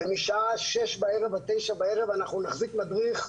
ומשעה 18:00 בערב עד 21:00 בערב אנחנו נחזיק מדריך,